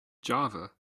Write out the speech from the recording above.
java